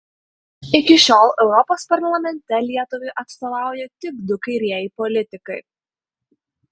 iki šiol europos parlamente lietuvai atstovauja tik du kairieji politikai